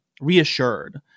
reassured